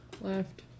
left